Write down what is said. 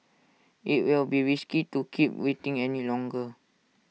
IT will be risky to keep waiting any longer